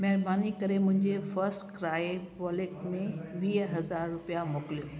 महिरबानी करे मुंहिंजे फर्स्टक्राए वॉलेट में वीह हज़ार रुपिया मोकिलियो